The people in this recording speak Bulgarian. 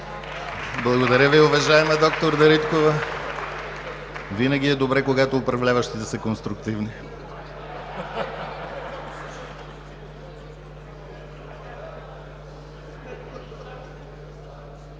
Благодаря Ви, уважаема д-р Дариткова. Винаги е добре, когато управляващите са конструктивни.